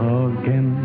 again